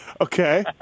Okay